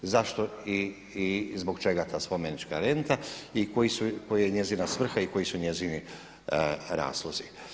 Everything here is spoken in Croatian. Zašto i zbog čega ta spomenička renta i koja je njezina svrha i koji su njezini razlozi?